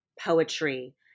poetry